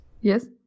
Yes